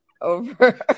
over